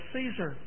Caesar